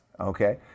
Okay